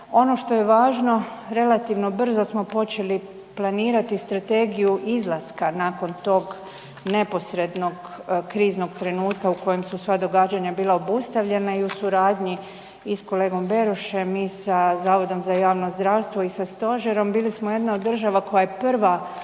Ono što je važno, relativno brzo smo počeli planirati strategiji izlaska nakon tog neposrednog kriznog trenutka u kojem su sva događanja bila obustavljena i u suradnji i s kolegom Berošem i sa Zavodom za javno zdravstvo i sa Stožerom, bili smo jedna od država koja je prva